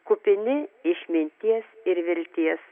kupini išminties ir vilties